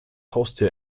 haustier